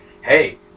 hey